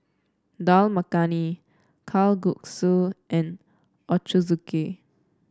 Dal Makhani Kalguksu and Ochazuke